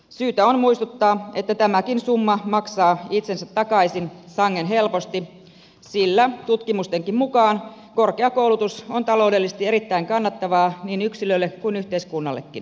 syytä on muistuttaa että tämäkin summa maksaa itsensä takaisin sangen helposti sillä tutkimustenkin mukaan korkea koulutus on taloudellisesti erittäin kannattavaa niin yksilölle kuin yhteiskunnallekin